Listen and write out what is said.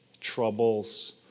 troubles